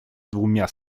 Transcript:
двумя